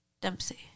Dempsey